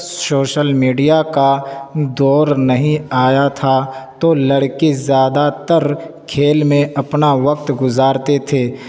social media کا دور نہیں آیا تھا تو لڑکے زیادہ تر کھیل میں اپنا وقت گزارتے تھے